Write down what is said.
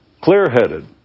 clear-headed